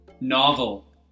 novel